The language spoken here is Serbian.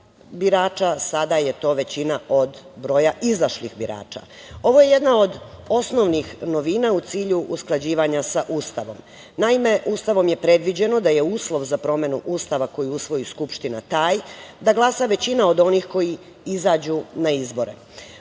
sada je to većina od broja izašli birača. Ovo je jedna od osnovnih novina u cilju usklađivanja sa Ustavom. Naime, Ustavom je predviđeno da je uslov za promenu Ustava koji usvoji Skupština taj da glasa većina od onih koji izađu na izbore.U